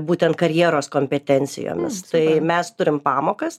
būtent karjeros kompetencijomis tai mes turim pamokas